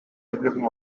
developing